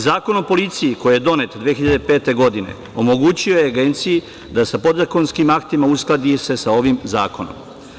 Zakon o policiji koji je donet 2005. godine omogućio je Agenciji da sa podzakonskim aktima uskladi se sa ovim zakonom.